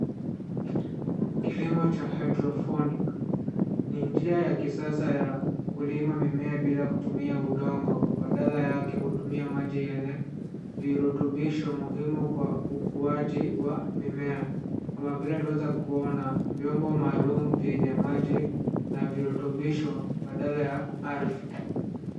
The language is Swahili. Kilimo cha hydroponic ni njia ya kisasa ya kulima mimea bila kutumia udongo badala yake hutumia maji yenye virutubisho muhimu kwa ukuaji wa mimea, kama vile tunaweza kuona, vyombo maalum vyenye maji na virutubisho badala ya ardhi.